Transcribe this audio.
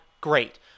Great